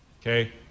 okay